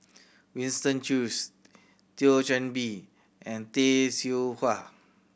Winston Choos Thio Chan Bee and Tay Seow Huah